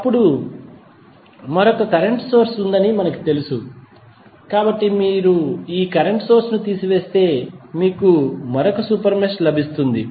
ఇప్పుడు మరొక current source ఉందని మనకు తెలుసు కాబట్టి మీరు ఈ కరెంట్ సోర్స్ ను తీసివేస్తే మీకు ఒక సూపర్ మెష్ లభిస్తుంది